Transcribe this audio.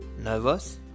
nervous